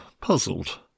puzzled